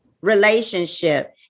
relationship